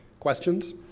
questions?